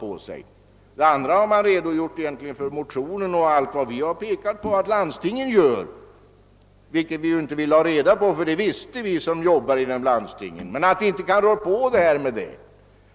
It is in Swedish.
I övrigt har man egentligen bara redogjort för motionen och dess uppräkning av vad landstingen gör, vilket vi som arbetar inom landstingen redan känner till och vet att det inte är tillräckligt.